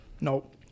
Nope